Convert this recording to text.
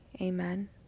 Amen